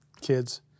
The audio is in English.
kids